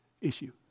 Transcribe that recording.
issue